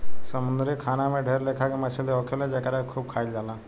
समुंद्री खाना में ढेर लेखा के मछली होखेले जेकरा के खूब खाइल जाला